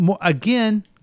again